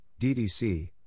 DDC